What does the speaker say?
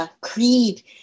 creed